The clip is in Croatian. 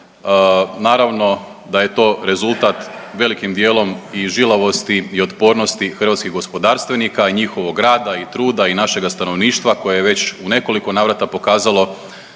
Naravno da je to rezultat velikim dijelom i žilavosti i otpornosti hrvatskih gospodarstvenika i njihovog rada i truda i našega stanovništva koje je već u nekoliko navrata pokazalo